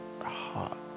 hot